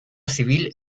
civil